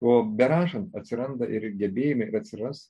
o berašant atsiranda ir gebėjimai atsiras